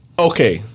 Okay